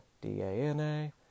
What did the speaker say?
D-A-N-A